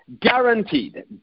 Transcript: guaranteed